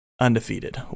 undefeated